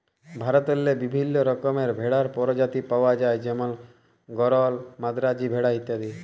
ভারতেল্লে বিভিল্ল্য রকমের ভেড়ার পরজাতি পাউয়া যায় যেমল গরল, মাদ্রাজি ভেড়া ইত্যাদি